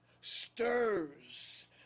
stirs